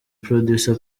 producer